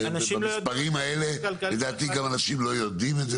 ובמספרים האלה לדעתי גם אנשים לא יודעים את זה